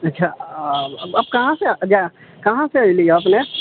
अच्छा आप कहाँ से अएलिहँ अपने